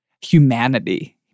Humanity